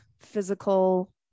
physical